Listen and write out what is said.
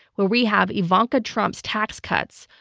where we have ivanka trump's tax cuts,